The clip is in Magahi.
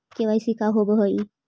के.सी.सी का होव हइ?